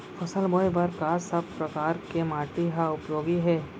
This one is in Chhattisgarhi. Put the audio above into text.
फसल बोए बर का सब परकार के माटी हा उपयोगी हे?